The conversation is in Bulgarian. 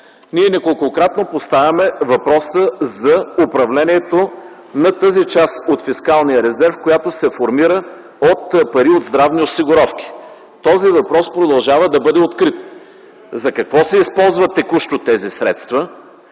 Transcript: Ние неколкократно поставяме въпроса за управлението на тази част от фискалния резерв, която се формира от пари от здравни осигуровки. Този въпрос продължава да бъде открит – за какво се използват текущо тези средства,